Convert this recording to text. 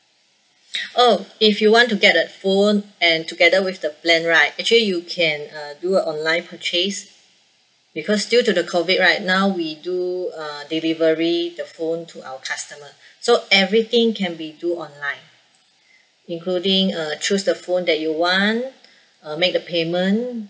oh if you want to get a phone and together with the plan right actually you can uh do a online purchase because due to the COVID right now we do uh delivery the phone to our customer so everything can be do online including uh choose the phone that you want uh make the payment